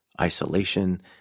isolation